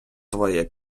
твоя